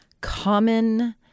common